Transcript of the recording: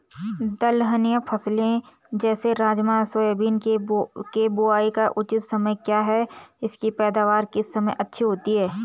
दलहनी फसलें जैसे राजमा सोयाबीन के बुआई का उचित समय क्या है इसकी पैदावार किस समय अच्छी होती है?